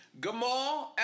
Gamal